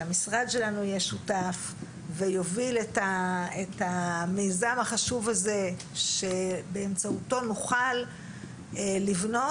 שהמשרד שלנו יהיה שותף ויוביל את המיזם החשוב הזה שבאמצעותו נוכל לבנות